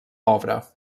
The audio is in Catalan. obra